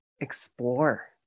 explore